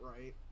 right